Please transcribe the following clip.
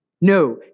No